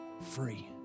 Free